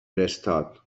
میرستاد